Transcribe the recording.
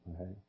okay